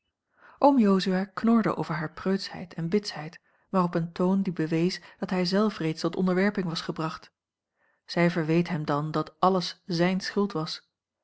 oom jozua knorde over hare preutschheid en bitsheid maar op een toon die bewees dat hij zelf reeds tot onderwerping was gebracht zij verweet hem dan dat alles zijne schuld was